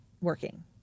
working